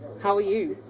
how are you?